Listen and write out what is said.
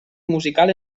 musical